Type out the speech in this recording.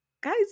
guys